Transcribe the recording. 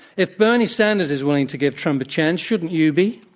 if bernie sanders is willing to give trump a chance, shouldn't you be?